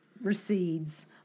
recedes